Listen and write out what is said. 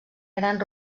gran